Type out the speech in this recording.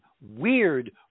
weird